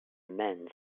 man